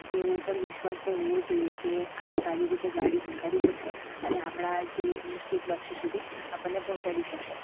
તેઓ ઉપર વિશ્વાસ તો હોવો જોઈએ કે આ સારી રીતે ગાડી હંકારી શકશે અને આપણા જે નિશ્ચિત લક્ષ્ય સુધી આપણને પહોંચાડી શકશે